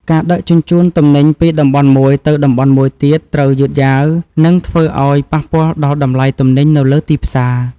ការដឹកជញ្ជូនទំនិញពីតំបន់មួយទៅតំបន់មួយទៀតត្រូវយឺតយ៉ាវ និងធ្វើឱ្យប៉ះពាល់ដល់តម្លៃទំនិញនៅលើទីផ្សារ។